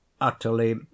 utterly